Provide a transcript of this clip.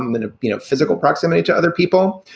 um in a you know physical proximity to other people.